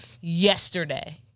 yesterday